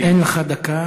אין לך דקה,